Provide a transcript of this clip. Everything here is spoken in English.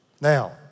Now